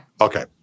Okay